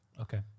Okay